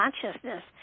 consciousness